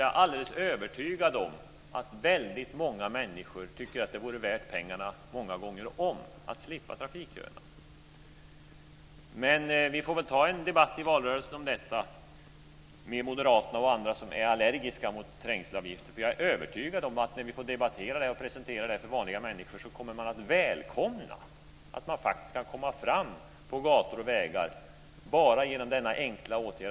Jag är alldeles övertygad om att väldigt många människor tycker att det vore värt pengarna många gånger om att slippa köerna. Vi får väl ta en debatt i valrörelsen om detta med Moderaterna och andra som är allergiska mot trängselavgifter. Jag är nämligen övertygad om att när vi får debattera detta och presentera det för vanliga människor så kommer de att välkomna att man kan komma fram på gator och vägar bara genom denna enkla åtgärd.